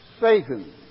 Satan